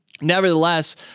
Nevertheless